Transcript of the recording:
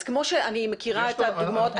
אז כמו שאני מכירה את הדוגמאות,